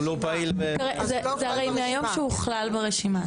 זה מהיום שהוא הוכלל ברשימה,